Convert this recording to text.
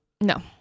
No